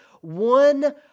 one